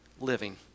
living